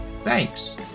Thanks